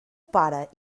pare